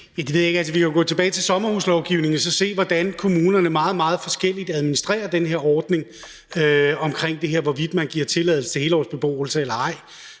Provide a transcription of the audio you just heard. Vi kan jo gå tilbage til sommerhuslovgivningen og se, hvordan kommunerne administrerer den her ordning meget, meget forskelligt, med hensyn til hvorvidt man giver tilladelse til helårsbeboelse eller ej.